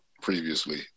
previously